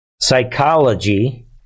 psychology